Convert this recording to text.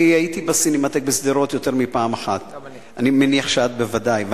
הייתי בסינמטק בשדרות יותר מפעם אחת; אני מניח שאת בוודאי,